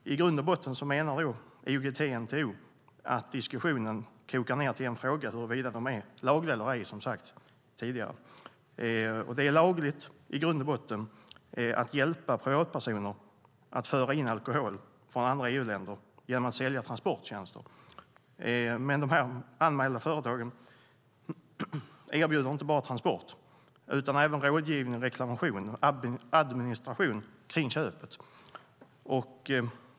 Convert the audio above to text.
I grund och botten menar IOGT-NTO att diskussionen kokar ned till frågan huruvida de är lagliga eller ej. Det är lagligt att hjälpa privatpersoner att föra in alkohol från andra EU-länder genom att sälja transporttjänster, men de anmälda företagen erbjuder inte bara transport utan även rådgivning, reklamation och administration kring köpet.